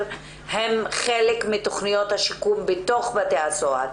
הם חלק מתכניות השיקום בתוך בתי הסוהר.